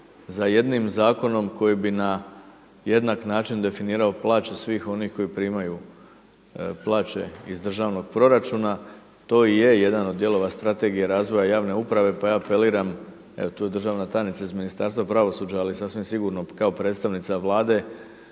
za jednim zakonom koji bi na jednak način definirao plaće svih onih koji primaju plaće iz državnog proračuna. To i je jedan od dijelova Strategije razvoja javne uprave pa ja apeliram, evo tu je državna tajnica iz Ministarstva pravosuđa ali sasvim sigurno kao predstavnica Vlade